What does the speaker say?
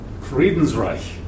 Friedensreich